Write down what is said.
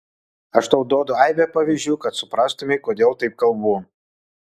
aš tau duodu aibę pavyzdžių kad suprastumei kodėl taip kalbu